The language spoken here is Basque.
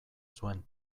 zuen